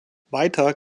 weiter